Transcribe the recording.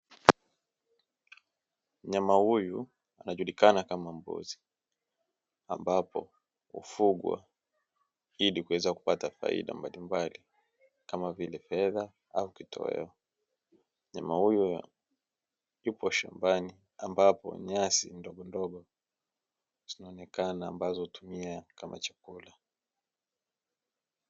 Mnyama huyu anajulikana kama mbuzi ambapo hufugwa ili kuweza kupata faida mbalimbali kama vile fedha au kitoweo. Mnyama huyu yupo shambani ambapo nyasi ndogondogo zinaonekana ambazo hutumia kama chakula.